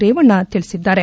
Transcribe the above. ರೇವಣ್ಣ ತಿಳಿಸಿದ್ದಾರೆ